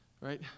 Right